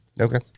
Okay